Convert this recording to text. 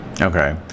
okay